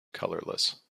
colorless